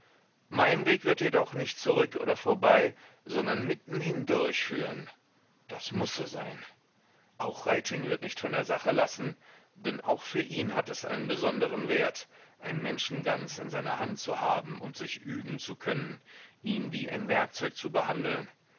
mein weg wird jedoch nicht zurück oder vorbei sondern mitten hindurch führen das muß so sein auch reiting wird nicht von der sache lassen denn auch für ihn hat es einen besonderen wert einen menschen ganz in seiner hand zu haben und sich üben zu können ihn wie ein werkzeug zu behandeln